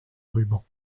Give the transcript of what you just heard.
rubans